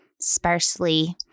sparsely